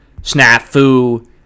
snafu